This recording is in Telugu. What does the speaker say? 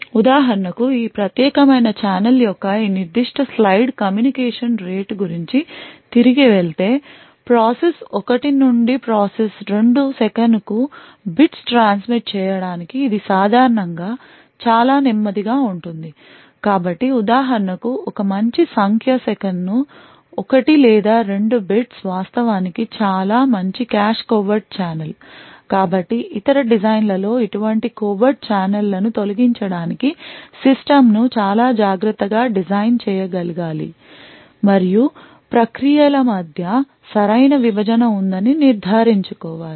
ఉదాహరణకు ఈ ప్రత్యేకమైన ఛానల్ యొక్క ఈ నిర్దిష్ట స్లైడ్ కమ్యూనికేషన్ రేటు కు తిరిగి వెళితే ప్రాసెస్ ఒకటి నుండి ప్రాసెస్ రెండు సెకను కు bits ట్రాన్స్మిట్ చేయడానికి ఇది సాధారణంగా చాలా నెమ్మదిగా ఉంటుంది కాబట్టి ఉదాహరణకు ఒక మంచి సంఖ్య సెకను కు ఒకటి లేదా రెండు bits వాస్తవానికి చాలా మంచి కాష్ కోవర్ట్ ఛానల్ కాబట్టి ఇతర డిజైన్లలో ఇటువంటి కోవర్ట్ ఛానెళ్ళను తొలగించడానికి సిస్టమ్ను చాలా జాగ్రత్తగా డిజైన్ చేయగలగాలి మరియు ప్రక్రియల మధ్య సరైన విభజన ఉందని నిర్ధారించుకోవాలి